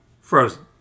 Frozen